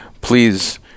please